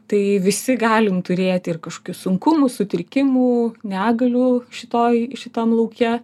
tai visi galim turėti ir kažkokių sunkumų sutrikimų negalių šitoj šitam lauke